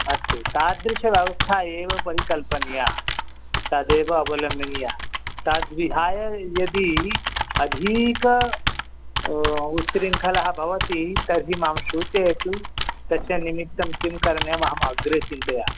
अस्तु तादृशव्यवस्था एव परिकल्पनीया तदेव अवलम्बनीया तद्विहाय यदी अधिक उच्छृङ्खलः भवति तर्हि मां सूचयतु तस्य निमित्तं किं करणीयम् अहमग्रे चिन्तयामि